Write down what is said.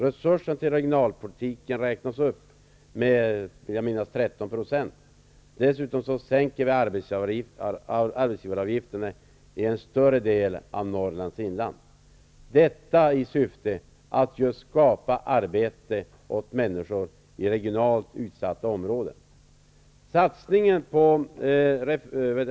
Resurserna till regionalpolitiken räknas upp med 13 %, vill jag minnas. Dessutom sänks arbetsgivaravgifterna i en större del av Norrlands inland. Detta sker i syfte att skapa arbete åt människor i regionalt utsatta områden.